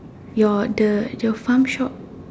your the the farm shop